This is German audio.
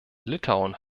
litauen